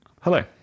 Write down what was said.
hello